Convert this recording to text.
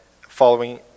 following